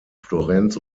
florenz